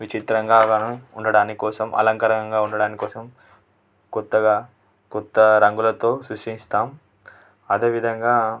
విచిత్రంగా కాను ఉండడాని కోసం అలంకరణంగా ఉండడాని కోసం కొత్తగా కొత్త రంగులతో సృష్టిస్తాం అదేవిధంగా